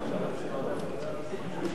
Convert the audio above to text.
ההצעה לכלול את הנושא בסדר-היום של הכנסת נתקבלה.